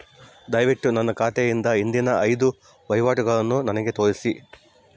ದಯವಿಟ್ಟು ನನ್ನ ಖಾತೆಯಿಂದ ಹಿಂದಿನ ಐದು ವಹಿವಾಟುಗಳನ್ನು ನನಗೆ ತೋರಿಸಿ